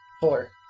Four